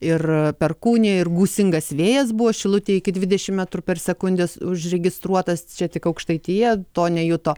ir perkūnija ir gūsingas vėjas buvo šilutėj iki dvidešim metrų per sekundę užregistruotas čia tik aukštaitija to nejuto